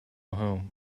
home